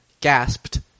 gasped